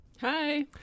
Hi